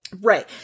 Right